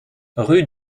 rue